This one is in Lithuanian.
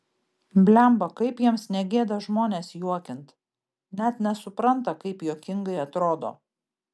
blemba kaip jiems negėda žmones juokint net nesupranta kaip juokingai atrodo